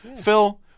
Phil